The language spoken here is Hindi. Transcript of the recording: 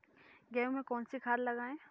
गेहूँ में कौनसी खाद लगाएँ?